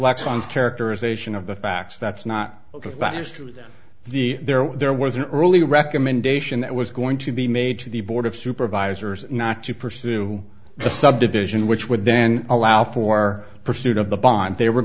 lexicons characterization of the facts that's not ok if that is true the there there was an earlier recommendation that was going to be made to the board of supervisors not to pursue the subdivision which would then allow for pursuit of the bond they were